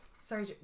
Sorry